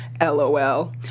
LOL